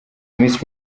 miss